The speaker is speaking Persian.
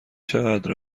چقدر